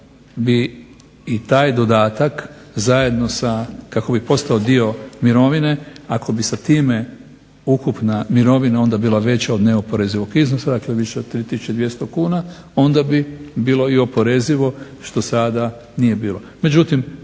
bi i taj dodatak kako bi posao dio mirovine ako bi se time ukupna mirovina bila veća od neoporezivog iznosa dakle više od 3200 kuna onda bi bilo oporezivo što sada nije bilo,